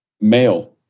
male